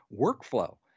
workflow